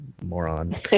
Moron